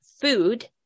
food